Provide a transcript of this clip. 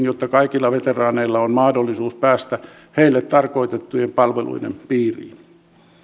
jotta kaikilla veteraaneilla on mahdollisuus päästä heille tarkoitettujen palveluiden piiriin